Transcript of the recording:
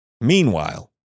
Meanwhile